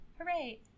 Hooray